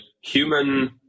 human